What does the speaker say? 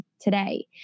today